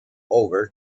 over